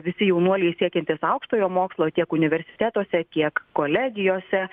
visi jaunuoliai siekiantys aukštojo mokslo tiek universitetuose tiek kolegijose